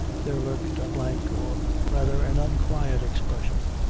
there lurked a blank or rather an unquiet expression,